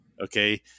Okay